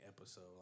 episode